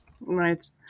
Right